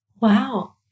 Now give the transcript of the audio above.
Wow